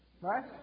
right